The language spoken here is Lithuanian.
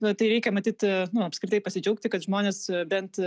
nu tai reikia matyt apskritai pasidžiaugti kad žmonės bent